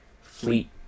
Fleet